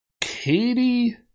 Katie